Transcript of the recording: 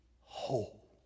whole